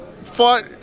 fought